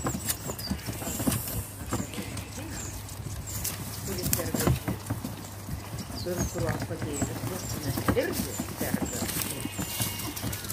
aš užverbavau merginą kuri serga živ ir kurios patėvis lakūnas irgi serga živ